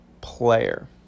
player